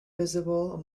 visible